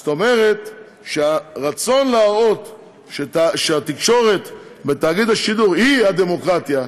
זאת אומרת שהרצון להראות שהתקשורת בתאגיד השידור היא הדמוקרטיה,